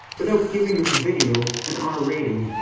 without giving this video an r rating.